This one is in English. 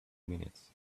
minutes